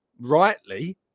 rightly